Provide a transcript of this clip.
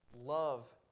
love